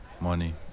money